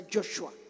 Joshua